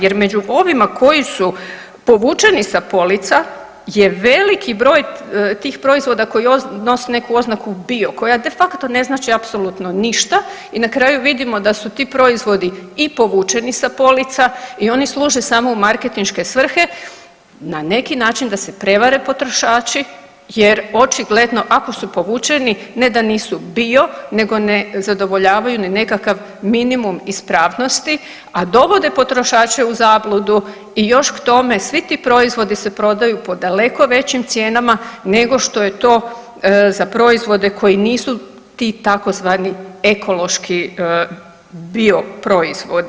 Jer među ovima koji su povučeni sa polica je veliki broj tih proizvoda koji nosi neku oznaku bio koja de facto ne znači apsolutno ništa i na kraju vidimo da su ti proizvodi i povučeni sa polica i oni služe samo u marketinške svrhe, na neki način da se prevare potrošači jer očigledno ako su povučeni ne da nisu bio nego ne zadovoljavaju ni nekakav minimum ispravnosti, a dovode potrošače u zabludu i još k tome svi ti proizvodi se prodaju po daleko većim cijenama nego što je to za proizvode koji nisu ti tzv. ekološki bio proizvodi.